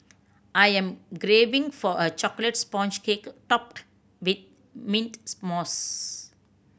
I am craving for a chocolate sponge cake topped with mint mousse